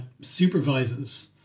supervises